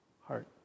heart